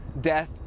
death